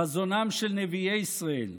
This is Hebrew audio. חזונם של נביאי ישראל,